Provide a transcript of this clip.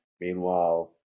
Meanwhile